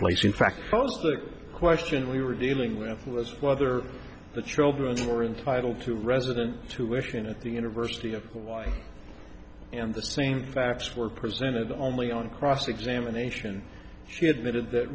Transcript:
place in fact was the question we were dealing with was whether the children or entitle two resident two working at the university of hawaii and the same facts were presented only on cross examination she admitted that